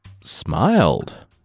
smiled